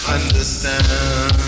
understand